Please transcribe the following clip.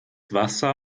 wasser